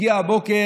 הגיע הבוקר.